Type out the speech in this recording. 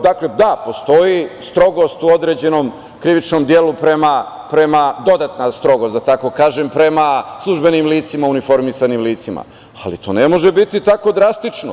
Dakle, da, postoji strogost u određenom krivičnom delu, dodatna strogost, da tako kažem, prema službenim licima, uniformisanim licima, ali to ne može biti tako drastično.